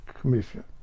Commission